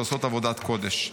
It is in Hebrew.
שעושות עבודת קודש.